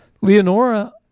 Leonora